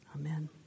amen